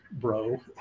bro